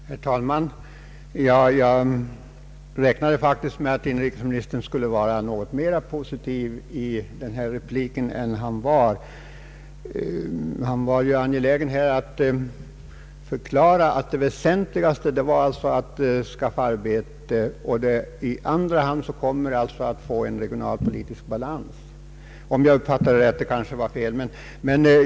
Herr talman! Jag räknade faktiskt med att inrikesministern skulle vara något mera positiv i sin replik än han var. Han var ju angelägen att här förklara att det väsentligaste var att skaffa arbete. I andra hand kommer alitså att man skall få regionalpolitisk balans, om jag uppfattade honom rätt.